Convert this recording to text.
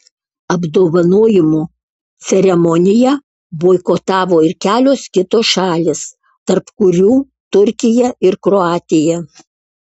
apdovanojimų ceremoniją boikotavo ir kelios kitos šalys tarp kurių turkija ir kroatija